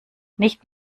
nicht